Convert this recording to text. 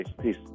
Peace